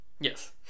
Yes